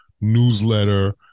newsletter